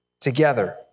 together